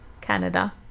Canada